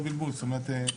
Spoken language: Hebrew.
זאת אומרת,